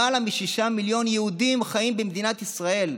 למעלה משישה מיליון יהודים חיים במדינת ישראל,